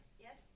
Yes